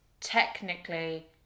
technically